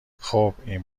خوب، این